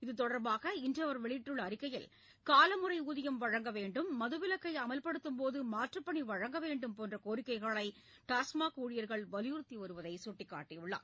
இத்தொடர்பாக இன்று அவர் வெளியிட்டுள்ள அறிக்கையில் காலமுறை ஊதியம் வழங்க வேண்டும் மதுவிலக்கை அமல்படுத்தும் போது மாற்றுப் பணி வழங்க வேண்டும் போன்ற கோரிக்கைகளை டாஸ்மாக் ஊழியர்கள் வலியுறுத்தி வருவதை சுட்டிக்காட்டினார்